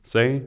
Say